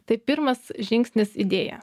tai pirmas žingsnis idėja